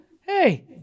Hey